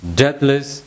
deathless